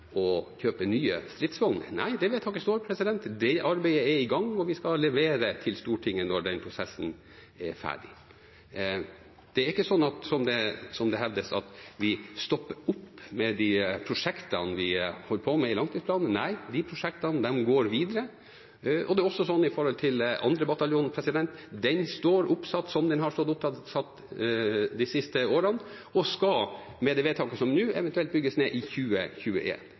å kjøpe nye stridsvogner. Nei, det vedtaket står, det arbeidet er i gang, og vi skal levere til Stortinget når den prosessen er ferdig. Det er ikke sånn som det hevdes, at vi stopper opp med de prosjektene i langtidsplanen vi holder på med. Nei, de prosjektene går videre. Når det gjelder 2. bataljon, står den oppsatt som den har stått oppsatt de siste årene, og skal, med det vedtaket som er nå, eventuelt bygges ned i